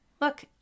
look